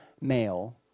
male